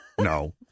No